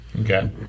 Okay